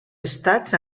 estats